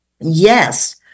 yes